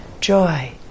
joy